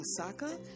Osaka